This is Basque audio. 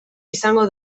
izango